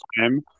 time